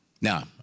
now